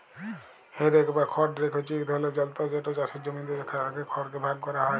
হে rake বা খড় rake হছে ইক ধরলের যলতর যেট চাষের পর জমিতে থ্যাকা খড়কে ভাগ ক্যরা হ্যয়